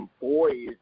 boys